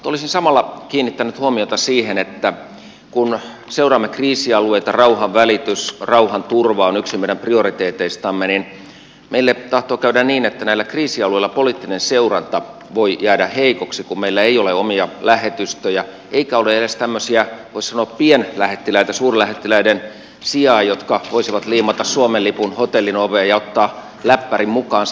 olisin samalla kiinnittänyt huomiota siihen että kun seuraamme kriisialueita rauhanvälitys rauhanturva on yksi meidän prioriteeteistamme niin meille tahtoo käydä niin että näillä kriisialueilla poliittinen seuranta voi jäädä heikoksi kun meillä ei ole omia lähetystöjä eikä ole edes tämmöisiä voisi sanoa pienlähettiläitä suurlähettiläiden sijaan jotka voisivat liimata suomen lipun hotellin oveen ja ottaa läppärin mukaansa